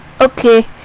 okay